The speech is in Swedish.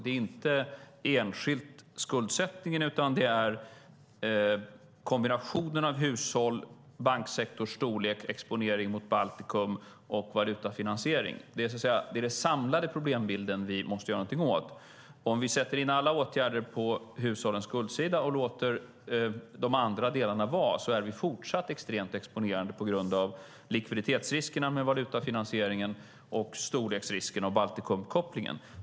Det är inte enskilt fråga om skuldsättningen utan det är kombinationen av hushåll, banksektorns storlek, exponering mot Baltikum och valutafinansiering. Det är den samlade problembilden vi måste göra något åt. Om vi sätter in alla åtgärder på hushållens skuldsida och låter de andra delarna vara fortsätter vi att vara extremt exponerade på grund av likviditetsriskerna med valutafinansieringen, storleksrisken och Baltikumkopplingen.